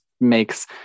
makes